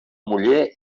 muller